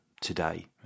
today